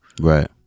Right